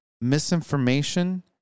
misinformation